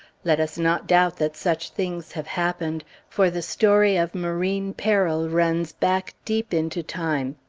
let us not doubt that such things have happened, for the story of marine peril runs back deep into time.